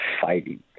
fighting